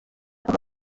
aho